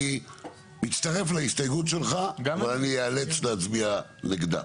אני מצטרף להסתייגות שלך אבל אני איאלץ להצביע נגדה.